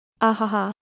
Ahaha